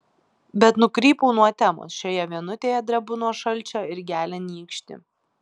bet nukrypau nuo temos šioje vienutėje drebu nuo šalčio ir gelia nykštį